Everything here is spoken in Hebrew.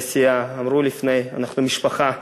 לסיעה, אמרו לפני, אנחנו משפחה,